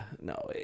No